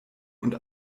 und